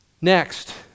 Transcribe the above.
Next